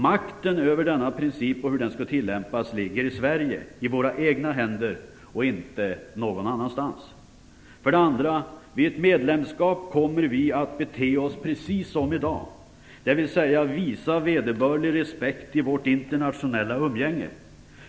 Makten över denna princip och hur den skall tillämpas ligger i Sverige, i våra egna händer, och inte någon annanstans. För det andra kommer vi vid ett medlemskap att bete oss precis som i dag, dvs. visa vederbörlig respekt i vårt internationella umgänge.